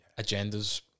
agendas